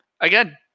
again